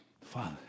Father